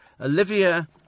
Olivia